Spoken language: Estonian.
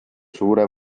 suure